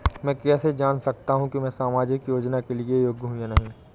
मैं कैसे जान सकता हूँ कि मैं सामाजिक योजना के लिए योग्य हूँ या नहीं?